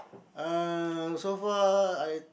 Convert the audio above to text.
uh so far I